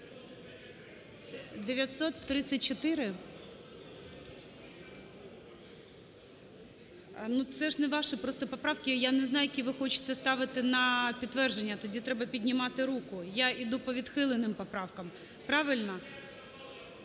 934? Ну, це ж не ваші просто поправки, я не знаю, які ви хочете ставити на підтвердження. Тоді треба піднімати руку. Я іду по відхилених поправках. Правильно?